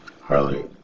Harley